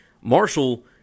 Marshall